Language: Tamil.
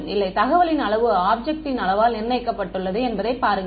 இல்லை தகவலின் அளவு ஆப்ஜெக்ட் ன் அளவால் நிர்ணயிக்கப்பட்டுள்ளது என்பதைப் பாருங்கள்